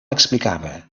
explicava